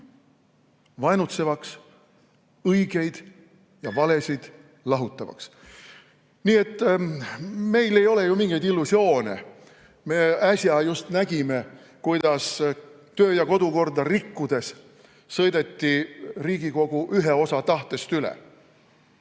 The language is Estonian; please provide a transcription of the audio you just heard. vaenutsevaks, õigeid ja valesid lahutavaks. Nii et meil ei ole ju mingeid illusioone. Me äsja just nägime, kuidas kodu- ja töökorda rikkudes sõideti Riigikogu ühe osa tahtest üle.